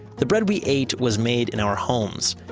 the bread we ate was made in our homes.